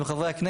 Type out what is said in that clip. אתם חברי הכנסת,